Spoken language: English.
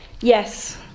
Yes